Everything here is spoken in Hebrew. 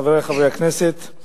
חברי חברי הכנסת,